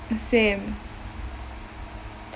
same